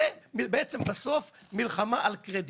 זה בעצם בסוף מלחמה על קרדיט,